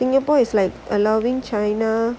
singapore is like allowing china